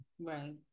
Right